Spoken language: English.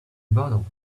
bottle